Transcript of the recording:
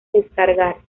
descargar